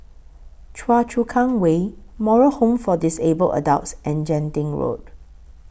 Choa Chu Kang Way Moral Home For Disabled Adults and Genting Road